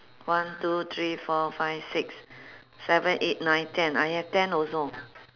one two three four five six seven eight nine ten I have ten also